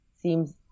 seems